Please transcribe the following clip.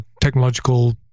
technological